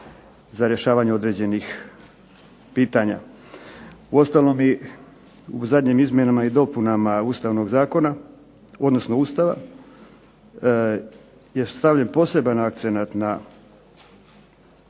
za rješavanje određenih pitanja. Uostalom u zadnjim izmjenama i dopunama Ustava, je stavljen poseban akcenat na